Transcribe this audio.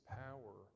power